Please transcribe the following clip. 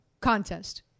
contest